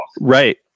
Right